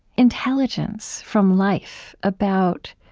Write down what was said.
intelligence from life about